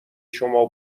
شما